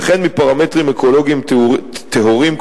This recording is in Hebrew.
וכן מפרמטרים אקולוגיים טהורים,